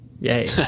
Yay